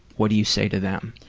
what do you say to them?